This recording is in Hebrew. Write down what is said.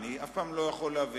אני אף פעם לא יכול להבין